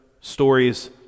stories